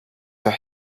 that